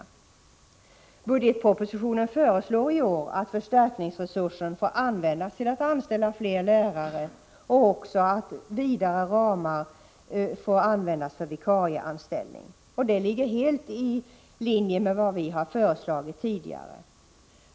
I budgetpropositionen föreslås i år att förstärkningsresursen får användas till anställning av fler lärare liksom till vidare ramar för vikarieanställning. Detta ligger helt i linje med vad vi tidigare har föreslagit.